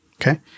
Okay